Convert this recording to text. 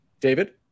David